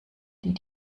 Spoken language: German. die